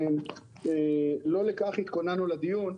לא לכך התכוננו לדיון.